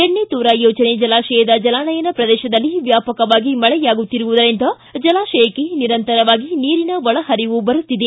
ಬೆಣ್ಣತೋರಾ ಯೋಜನೆ ಜಲಾಶಯದ ಜಲಾನಯನ ಪ್ರದೇಶದಲ್ಲಿ ವ್ಯಾಪಕವಾಗಿ ಮಳೆಯಾಗುತ್ತಿರುವುದರಿಂದ ಜಲಾಶಯಕ್ಕೆ ನಿರಂತರವಾಗಿ ನೀರಿನ ಒಳಪರಿವು ಬರುತ್ತಿದೆ